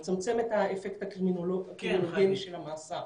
לצמצם את האפקט הקרימינולוגי של המאסר.